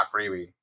freebie